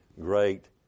great